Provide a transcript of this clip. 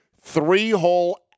three-hole